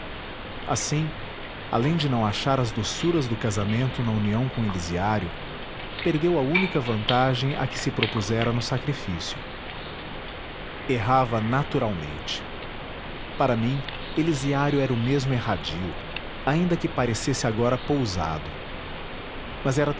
assim além de não achar as doçuras do casamento na união com elisiário perdeu a única vantagem a que se propusera no sacrifício errava naturalmente para mim elisiário era o mesmo erradio ainda que parecesse agora pousado mas era